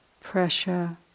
pressure